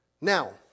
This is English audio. Now